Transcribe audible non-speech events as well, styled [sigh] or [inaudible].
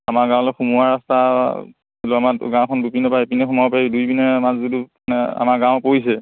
আমাৰ গাঁৱলৈ সোমোৱা ৰাস্তা [unintelligible] আমাৰ গাঁওখন দুইপিনে পৰা ইপিনে সোমাব পাৰি দুই পিনে মাজ যিটো মানে আমাৰ গাঁও পৰিছে